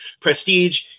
Prestige